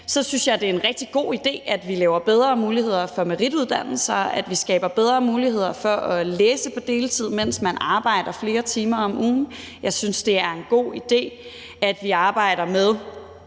så synes jeg, det er en rigtig god idé, at vi skaber bedre muligheder for merituddannelser, og at vi skaber bedre muligheder for at læse på deltid, mens man arbejder flere timer om ugen. Jeg synes, det er en god idé, at vi arbejder med